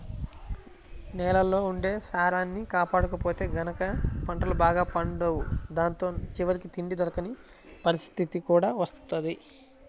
నేలల్లో ఉండే సారాన్ని కాపాడకపోతే గనక పంటలు బాగా పండవు దాంతో చివరికి తిండి దొరకని పరిత్తితి కూడా వత్తది